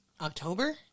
October